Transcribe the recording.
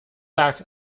back